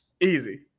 Easy